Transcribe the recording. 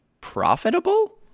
profitable